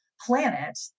planet